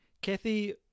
Kathy